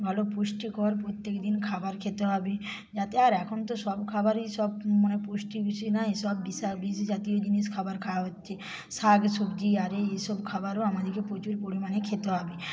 ভালো পুষ্টিকর প্রত্যেকদিন খাবার খেতে হবে যাতে আর এখন তো সব খাবারেই সব মানে পুষ্টি বেশি নাই সব বিষ বিষজাতীয় জিনিস খাবার খাওয়া হচ্ছে শাক সবজি আর এই এইসব খাবারও আমাদেরকে প্রচুর পরিমাণে খেতে হবে